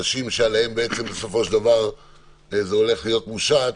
גם של אנשים שעליהם בסופו של דבר זה הולך להיות מושת,